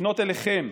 לפנות אליכם,